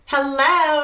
Hello